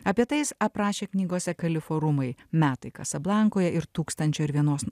apie tai jis aprašė knygose kalifo rūmai metai kasablankoje ir tūkstančio ir vienos